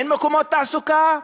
אין מקומות תעסוקה.